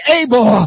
able